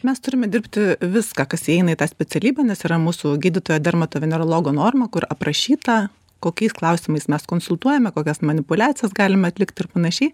mes turime dirbti viską kas įeina į tą specialybę nes yra mūsų gydytojo dermatovenerologo norma kur aprašyta kokiais klausimais mes konsultuojame kokias manipuliacijas galime atlikti ir panašiai